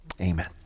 Amen